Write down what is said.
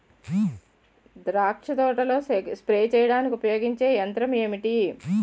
ద్రాక్ష తోటలో స్ప్రే చేయడానికి ఉపయోగించే యంత్రం ఎంటి?